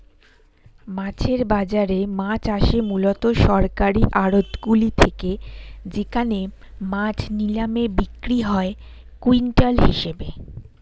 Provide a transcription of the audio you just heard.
মাছের বাজারে মাছ আসে মূলত সরকারি আড়তগুলি থেকে যেখানে মাছ নিলামে বিক্রি হয় কুইন্টাল হিসেবে